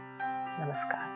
Namaskar